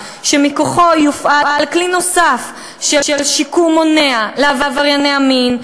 שמכוחו יופעל כלי נוסף של שיקום מונע לעברייני המין,